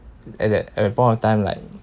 at that point of time like